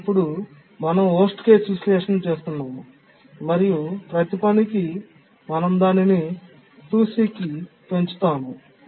కానీ అప్పుడు మనం చెత్త కేసు విశ్లేషణ చేస్తున్నాము మరియు ప్రతి పనికి మనం దానిని 2c కి పెంచుతాము